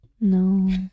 No